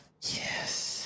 Yes